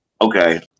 Okay